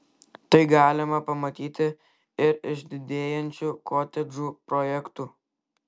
tai galima pamatyti ir iš didėjančių kotedžų projektų